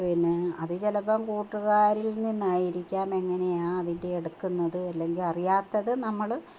പിന്നെ അതു ചിലപ്പോൾ കൂട്ടുകാരിൽ നിന്നായിരിക്കാം എങ്ങനെയാണ് അതിൻ്റെ എടുക്കുന്നത് അല്ലെങ്കിൽ അറിയാത്തത് നമ്മൾ